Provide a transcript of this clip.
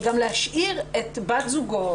וגם להשאיר את בת זוגו,